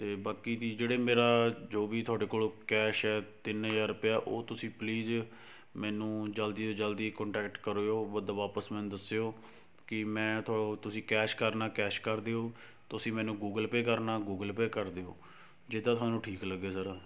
ਅਤੇ ਬਾਕੀ ਦੀ ਜਿਹੜੇ ਮੇਰਾ ਜੋ ਵੀ ਤੁਹਾਡੇ ਕੋਲ ਕੈਸ਼ ਹੈ ਤਿੰਨ ਹਜ਼ਾਰ ਰੁਪਇਆ ਉਹ ਤੁਸੀਂ ਪਲੀਜ਼ ਮੈਨੂੰ ਜਲਦੀ ਤੋਂ ਜਲਦੀ ਕੋਂਟੈਕਟ ਕਰਿਓ ਵਧ ਵਾਪਸ ਮੈਨੂੰ ਦੱਸਿਓ ਕਿ ਮੈਂ ਤੋਹ ਤੁਸੀਂ ਕੈਸ਼ ਕਰਨਾ ਕੈਸ਼ ਕਰ ਦਿਓ ਤੁਸੀਂ ਮੈਨੂੰ ਗੂਗਲ ਪੇ ਕਰਨਾ ਗੂਗਲ ਪੇ ਕਰ ਦਿਓ ਜਿੱਦਾਂ ਤੁਹਾਨੂੰ ਠੀਕ ਲੱਗੇ ਸਰ